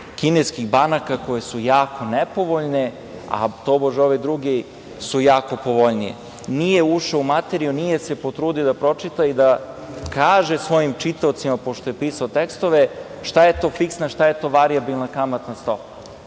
kineskih banaka koje su jako nepovoljne, a tobož ove druge su jako povoljnije. Nije ušao u materiju, nije se potrudio da pročita i da kaže svojim čitaocima, pošto je pisao tekstove, šta je to fiksna, šta je to varijabilna kamatna stopa,